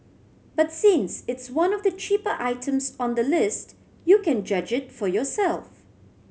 but since it's one of the cheaper items on the list you can judge it for yourself